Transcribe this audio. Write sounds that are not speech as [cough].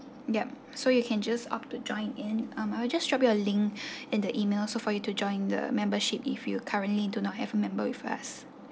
yup so you can just opt to join in um I'll just drop you a link [breath] in the email so for you to join the membership if you currently do not have a member with us